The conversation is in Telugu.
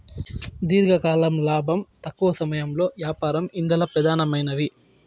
దీర్ఘకాలం లాబం, తక్కవ సమయంలో యాపారం ఇందల పెదానమైనవి